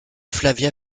flavia